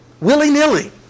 Willy-nilly